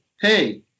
Hey